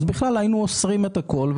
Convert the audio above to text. היינו אוסרים על הכול,